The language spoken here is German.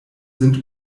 sind